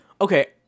Okay